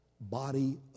body